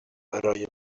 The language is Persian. ارایه